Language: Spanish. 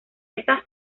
esta